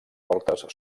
voltes